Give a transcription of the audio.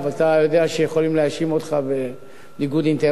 אתה יודע שיכולים להאשים אותך בניגוד אינטרסים.